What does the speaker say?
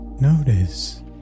Notice